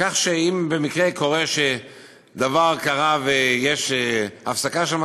כך שאם במקרה קורה שדבר קרה ויש הפסקה של משא-ומתן,